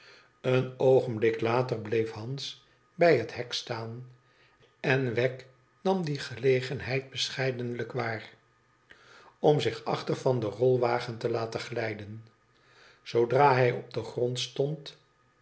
een ooenblik later bleef hans bij een hek staan en wegg nam die gelegenheid bescheidenlijk waar om zich achter van den rolwagen te laten glijden zoodra hij op den grond stond